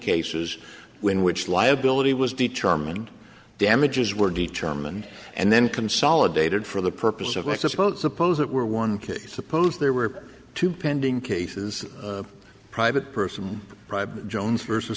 cases when which liability was determined damages were determined and then consolidated for the purpose of mexico suppose it were one case suppose there were two pending cases private person private jones versus